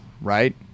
right